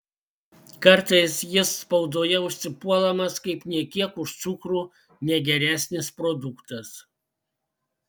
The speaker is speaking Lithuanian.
kartais jis spaudoje užsipuolamas kaip nė kiek už cukrų negeresnis produktas